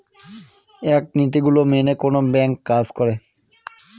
এক নীতি গুলো মেনে কোনো ব্যাঙ্ক কাজ করে